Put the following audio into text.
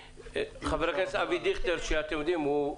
חבר הכנסת אבי דיכטר שהוא יושב-ראש